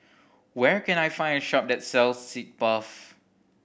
where can I find a shop that sells Sitz Bath